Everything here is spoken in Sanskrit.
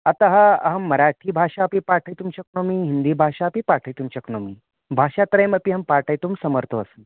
अतः अहं माराठीभाषामपि पाठयितुं शक्नोमि हिन्दीभाषामपि पाठयितुं शक्नोमि भाषात्रयमपि अहं पाठयितुं समर्थो अस्मि